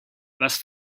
was